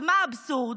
מה האבסורד?